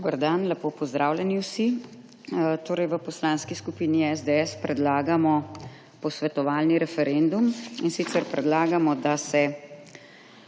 Dober dan. Lepo pozdravljeni vsi! V Poslanski skupini SDS predlagamo posvetovalni referendum, in sicer predlagamo, da se